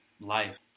Life